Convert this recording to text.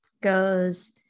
goes